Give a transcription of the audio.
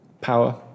power